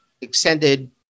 extended